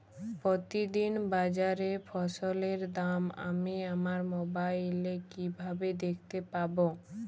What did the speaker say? প্রতিদিন বাজারে ফসলের দাম আমি আমার মোবাইলে কিভাবে দেখতে পাব?